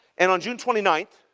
and on june twenty ninth,